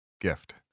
gift